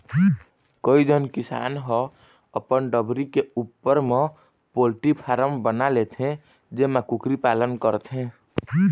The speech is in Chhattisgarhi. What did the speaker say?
कइझन किसान ह अपन डबरी के उप्पर म पोल्टी फारम बना लेथे जेमा कुकरी पालन करथे